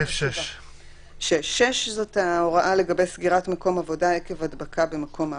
סעיף 6. 6 זאת ההוראה לגבי סגירת מקום עבודה עקב הדבקה במקום העבודה.